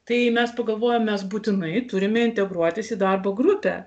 tai mes pagalvojam mes būtinai turime integruotis į darbo grupę